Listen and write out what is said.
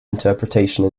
interpretation